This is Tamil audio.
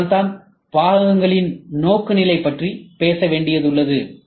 அதனால்தான்பாகங்களின் நோக்குநிலை பற்றி பேச வேண்டியதுள்ளது